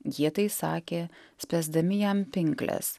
jie tai sakė spęsdami jam pinkles